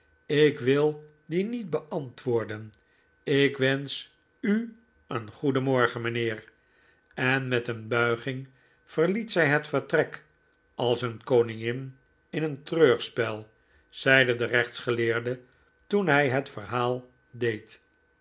ik wil dien niet beantwoorden ik wensch u goeden morgen mijnheer en met een buiging verliet zij het vertrek als een koningin in een treurspel zeide de rechtsgeleerde toen hij het verhaal deed